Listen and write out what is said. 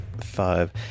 Five